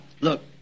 look